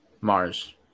Mars